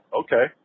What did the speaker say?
okay